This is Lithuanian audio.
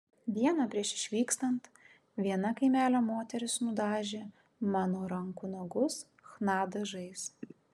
dieną prieš išvykstant viena kaimelio moteris nudažė mano rankų nagus chna dažais